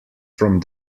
from